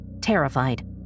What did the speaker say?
terrified